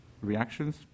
Reactions